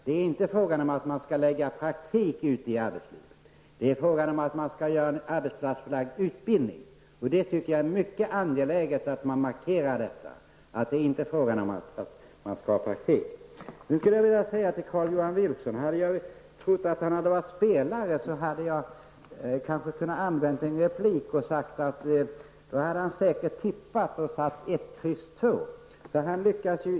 Det är inte fråga om att lägga in praktik ute i arbetslivet, utan det handlar om arbetsplatsförlagd utbildning. Det tycker jag är mycket angeläget att markera. Om jag hade trott att Carl-Johan Wilson varit spelare, då hade jag kanske kunnat använda mig av en replik och sagt att han säkert hade tippat och satt 1 x 2.